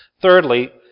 Thirdly